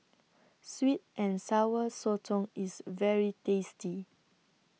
Sweet and Sour Sotong IS very tasty